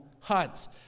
huts